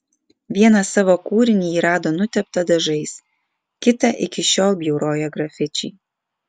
vieną savo kūrinį ji rado nuteptą dažais kitą iki šiol bjauroja grafičiai